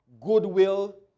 goodwill